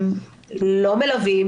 לא התאפשר לחדש את